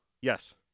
yes